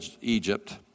Egypt